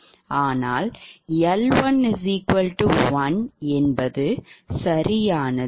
ஆனால் L11 என்பது சரியானது